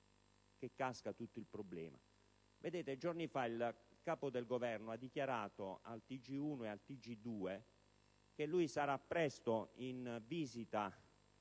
che cade tutto il problema. Vedete, giorni fa il Capo del Governo ha dichiarato al TG1 e al TG2 che sarà presto in visita